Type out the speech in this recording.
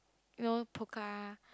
you know Pokka